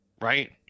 right